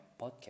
podcast